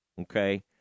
Okay